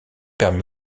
permet